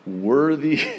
worthy